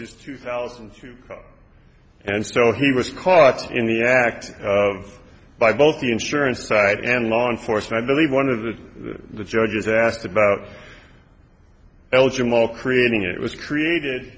just two thousand and so he was caught in the act of by both the insurance side and law enforcement believe one of the judges asked about eligible creating it was created